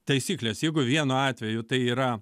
taisyklės jeigu vienu atveju tai yra